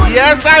yes